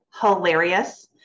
hilarious